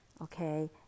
okay